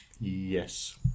Yes